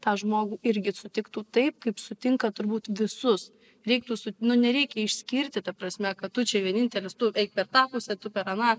tą žmogų irgi sutiktų taip kaip sutinka turbūt visus reiktų su nereikia išskirti ta prasme kad tu čia vienintelis tu eik per tą pusę tu per aną